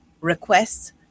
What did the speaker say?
requests